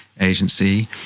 agency